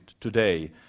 today